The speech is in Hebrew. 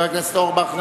חבר הכנסת אורבך,